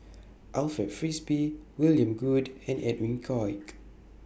Alfred Frisby William Goode and Edwin Koek